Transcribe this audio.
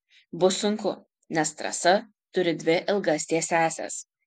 bus sunku nes trasa turi dvi ilgas tiesiąsias